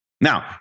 now